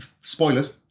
spoilers